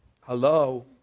Hello